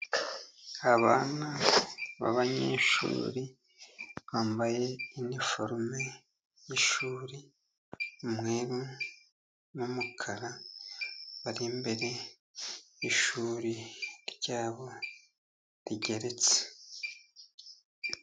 Abana b'abanyeshuri bambaye iniforume y'ishuri umweru n'umukara. Bari imbere y'ishuri ryabo rigeretse.